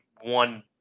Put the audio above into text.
one